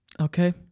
Okay